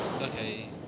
okay